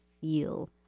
feel